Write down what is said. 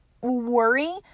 worry